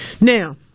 Now